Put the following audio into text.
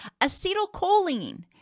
Acetylcholine